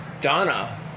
Donna